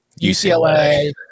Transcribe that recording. UCLA